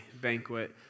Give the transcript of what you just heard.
banquet